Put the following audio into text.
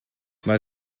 but